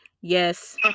yes